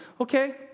okay